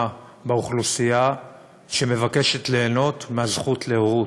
באוכלוסייה שמבקשת ליהנות מהזכות להורות,